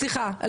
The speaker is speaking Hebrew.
סליחה,